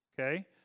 okay